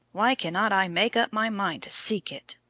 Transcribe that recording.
why cannot i make up my mind to seek it!